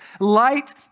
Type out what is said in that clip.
light